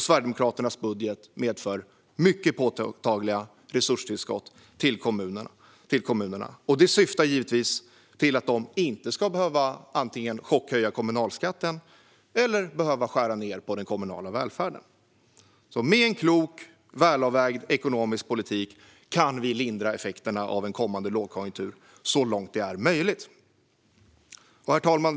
Sverigedemokraternas budget medför mycket påtagliga resurstillskott till kommunerna, och det syftar givetvis till att de inte ska behöva antingen chockhöja kommunalskatten eller skära ned på den kommunala välfärden. Med en klok och välavvägd ekonomisk politik kan vi lindra effekterna av en kommande lågkonjunktur så långt det är möjligt. Herr talman!